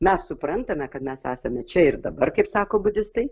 mes suprantame kad mes esame čia ir dabar kaip sako budistai